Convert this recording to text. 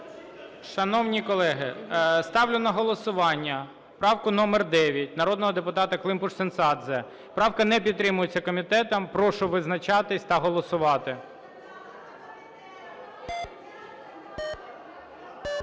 Шановні колеги, ставлю на голосування правку номер 9 народного депутата Климпуш-Цинцадзе. Правка не підтримується комітетом. Прошу визначатися та голосувати. 16:48:12